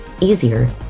easier